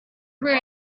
were